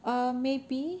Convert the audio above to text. err maybe